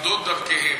נפרדות דרכיהם.